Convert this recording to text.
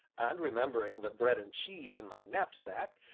and remembering the bread and cheese in my knapsack,